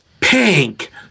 Pink